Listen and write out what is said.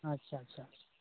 ᱟᱪᱪᱷᱟ ᱟᱪᱪᱷᱟ